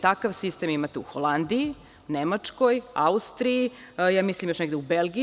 Takav sistem imate u Holandiji, Nemačkoj, Austriji, mislim još negde u Belgiji.